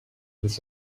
this